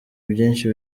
byinshi